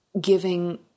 giving